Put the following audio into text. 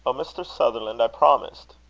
mr. sutherland! i promised.